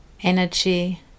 energy